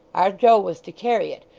our joe was to carry it,